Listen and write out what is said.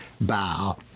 bow